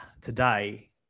today